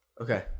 Okay